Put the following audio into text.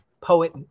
poet